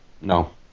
No